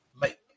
make